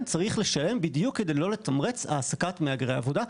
צריך לשלם בדיוק כדי לא לתמרץ העסקת מהגרי עבודה.